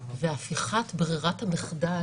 הפיכת ברירת המחדל,